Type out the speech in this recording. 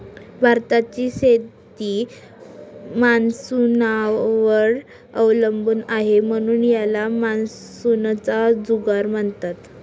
भारताची शेती मान्सूनवर अवलंबून आहे, म्हणून त्याला मान्सूनचा जुगार म्हणतात